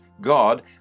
God